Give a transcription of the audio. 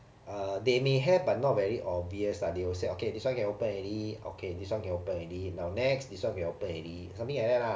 uh they may have but not very obvious lah they will say okay this one can open already okay this can open already now next this one can open already something like that lah